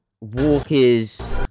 Walkers